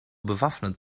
bewaffnet